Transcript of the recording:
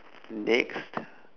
next